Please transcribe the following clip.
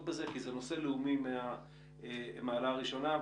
בזה כי זה נושא לאומי מהמעלה הראשונה.